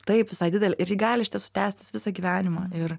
taip visai didelė ir ji gali iš tiesų tęstis visą gyvenimą ir